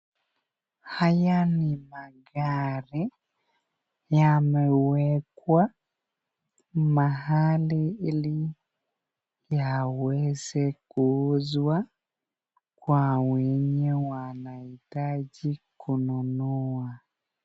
Haya ni magari yamewekwa mahali hili yeweze kuuswa Kwa wenye wanaitaji kununua.